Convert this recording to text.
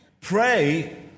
pray